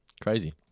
Crazy